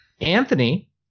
anthony